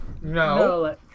No